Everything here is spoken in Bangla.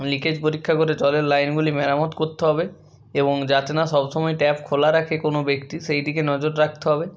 লিকেজ পরীক্ষা করে জলের লাইনগুলি মেরামত করতে হবে এবং যাতে না সব সময় ট্যাপ খোলা রাখে কোনো ব্যক্তি সেই দিকে নজর রাখতে হবে